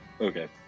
Okay